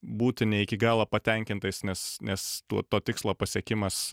būti ne iki galo patenkintais nes nes to tikslo pasiekimas